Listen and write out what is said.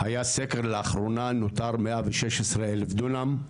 היה סקר, לאחרונה נותר 116,000 דונם,